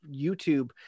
YouTube